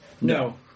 No